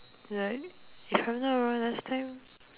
like if I knew what I want last time